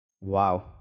wow